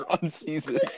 unseasoned